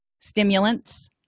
stimulants